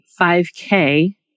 5K